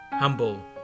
Humble